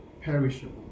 perishable